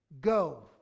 Go